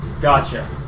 Gotcha